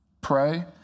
pray